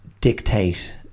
dictate